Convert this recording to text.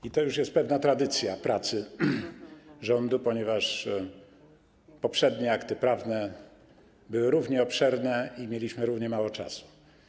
I to jest już pewna tradycja pracy rządu, ponieważ poprzednie akty prawne były równie obszerne i mieliśmy równie mało czasu.